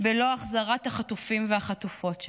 בלא החזרת החטופים והחטופות שלנו.